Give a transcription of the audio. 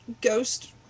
ghost